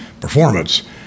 performance